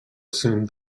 assumed